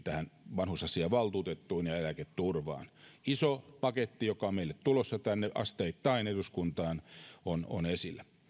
vanhusasiavaltuutettuun ja ja eläketurvaan iso paketti joka on asteittain meille tulossa tänne eduskuntaan on on esillä